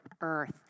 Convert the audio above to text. earth